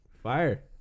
Fire